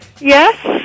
Yes